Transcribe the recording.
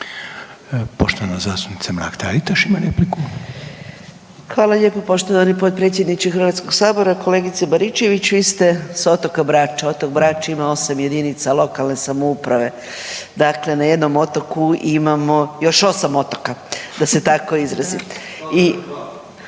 Poštovana zastupnica Mrak-Taritaš ima repliku. **Mrak-Taritaš, Anka (GLAS)** Hvala lijepa. Kolegice Baričević vi ste sa otoka Brača, otok Brač ima osam jedinica lokalne samouprave. Dakle, na jednom otoku imamo još osam otoka da se tako izrazim. I ja sam